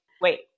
wait